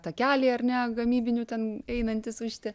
takeliai ar ne gamybinių ten einantys va šitie